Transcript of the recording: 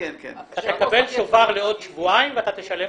אתה תקבל שובר לעוד שבועיים ואתה תשלם